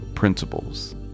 Principles